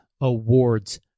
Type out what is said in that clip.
Awards